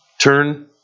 turn